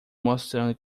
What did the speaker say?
mostrando